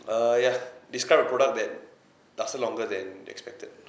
err ya describe a product that lasted longer than expected